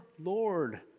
Lord